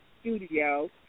Studio